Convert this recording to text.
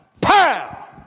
pow